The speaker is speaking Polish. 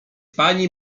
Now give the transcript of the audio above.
pani